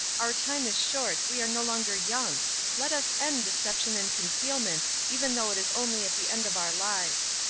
our time is short we are no longer young let us end deception and concealment, even though it is only at the end of our lives.